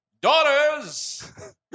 Daughters